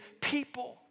people